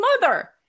mother